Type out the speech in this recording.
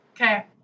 Okay